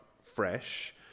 fresh